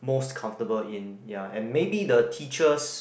most comfortable in ya and maybe the teachers